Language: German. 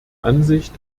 ansicht